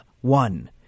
one